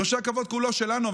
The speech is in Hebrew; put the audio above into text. אני חושב שהכבוד כולו שלנו.